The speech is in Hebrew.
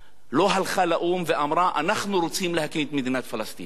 לא הלכה לאו"ם ואמרה: אנחנו רוצים להקים את מדינת פלסטין?